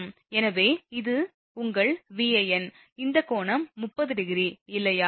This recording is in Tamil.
எனவே அது உங்கள் Van இந்த கோணம் 30 ° இல்லையா